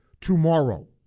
tomorrow